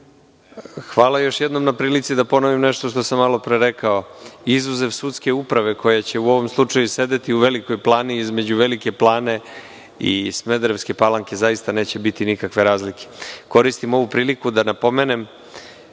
Hvala, još jednom na prilici da ponovim ono što sam malopre rekao. Izuzev sudske uprave koja će u ovom slučaju sedeti u Velikoj Plani, između Velike Plane i Smederevske Palanke zaista neće biti nikakve razlike. Koristim ovu priliku da napomenem